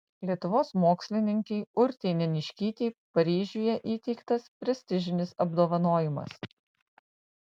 lietuvos mokslininkei urtei neniškytei paryžiuje įteiktas prestižinis apdovanojimas